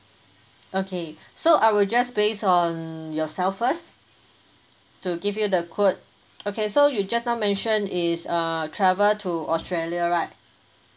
okay so I will just based on yourself first to give you the quote okay so you just now mention is err travel to australia right